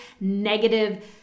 negative